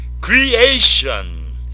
creation